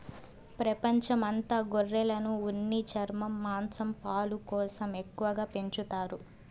ప్రపంచం అంత గొర్రెలను ఉన్ని, చర్మం, మాంసం, పాలు కోసం ఎక్కువగా పెంచుతారు